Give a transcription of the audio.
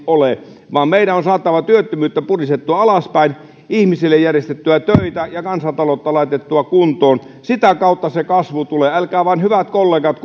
ole vaan meidän on saatava työttömyyttä puristettua alaspäin ihmisille järjestettyä töitä ja kansantaloutta laitettua kuntoon sitä kautta se kasvu tulee älkää vaan hyvät kollegat